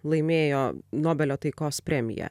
laimėjo nobelio taikos premiją